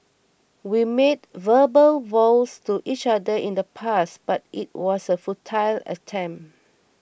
we made verbal vows to each other in the past but it was a futile attempt